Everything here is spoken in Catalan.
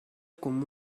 com